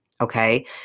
okay